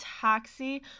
taxi